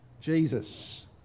Jesus